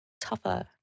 tougher